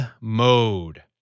mode